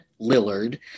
Lillard